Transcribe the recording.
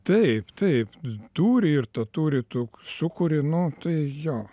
taip taip tūrį irtą tūri tu sukuri nu tai jo